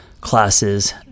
classes